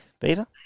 Beaver